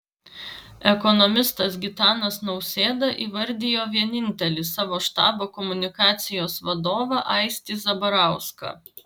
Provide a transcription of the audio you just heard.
ekonomistas gitanas nausėda įvardijo vienintelį savo štabo komunikacijos vadovą aistį zabarauską